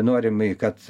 norimi kad